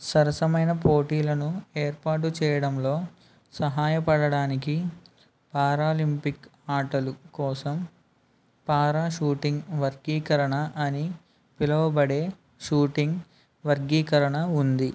సరసమైన పోటీలను ఏర్పాటు చేయడంలో సహాయపడటానికి పారాలింపిక్ ఆటలు కోసం పారాషూటింగ్ వర్గీకరణ అని పిలువబడే షూటింగ్ వర్గీకరణ ఉంది